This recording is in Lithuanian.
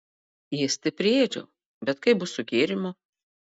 ėsti priėdžiau bet kaip bus su gėrimu